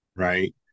right